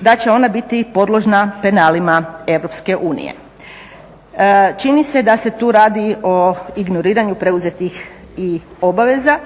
da će ona biti podložna penalima EU. Čini se da se tu radi o ignoriranju preuzetih i obaveza